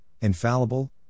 infallible